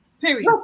Period